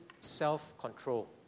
self-control